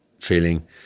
feeling